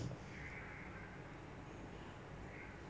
it's like living is so difficult I don't want to I don't know why